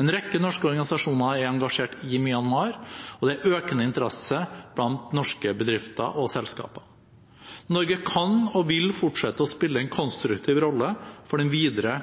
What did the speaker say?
En rekke norske organisasjoner er engasjert i Myanmar, og det er økende interesse blant norske bedrifter og selskaper. Norge kan og vil fortsette å spille en konstruktiv rolle for den videre